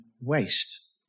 waste